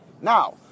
Now